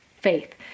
faith